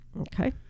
okay